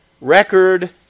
record